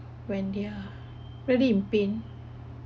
when they are really in pain